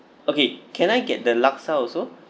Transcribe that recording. okay can I get the laksa also